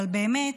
אבל באמת,